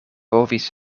povis